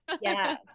Yes